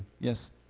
Yes